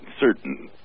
certain